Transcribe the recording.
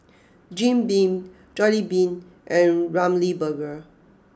Jim Beam Jollibean and Ramly Burger